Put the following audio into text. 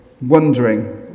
wondering